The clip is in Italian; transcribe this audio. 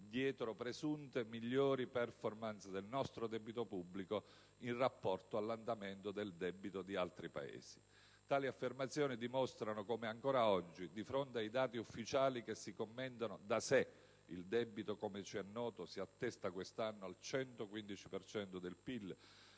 dietro presunte, migliori *performance* del nostro debito pubblico in rapporto all'andamento del debito di altri Paesi. Tali affermazioni dimostrano come ancora oggi, di fronte ai dati ufficiali che si commentano da sé (il debito, come ci è noto, si attesta quest'anno al 115 per